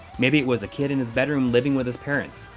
maybe it was a kid in his bedroom living with his parents?